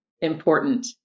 important